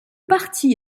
parti